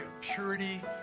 purity